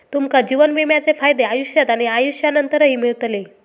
तुमका जीवन विम्याचे फायदे आयुष्यात आणि आयुष्यानंतरही मिळतले